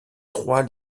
trois